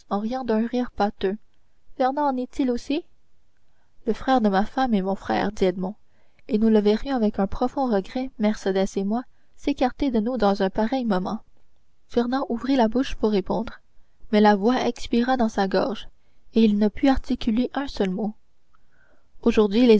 d'un rire pâteux fernand en est-il aussi le frère de ma femme est mon frère dit edmond et nous le verrions avec un profond regret mercédès et moi s'écarter de nous dans un pareil moment fernand ouvrit la bouche pour répondre mais la voix expira dans sa gorge et il ne put articuler un seul mot